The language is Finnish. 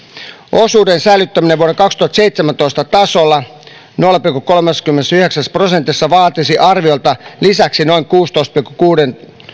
osuuden säilyttäminen vuoden kaksituhattaseitsemäntoista tasolla nolla pilkku kolmessakymmenessäyhdeksässä prosentissa vaatisi arviolta lisäksi noin kuudentoista pilkku kuuden